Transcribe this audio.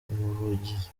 umuvugizi